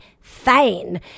fine